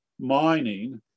mining